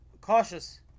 cautious